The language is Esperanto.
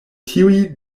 tiuj